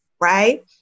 right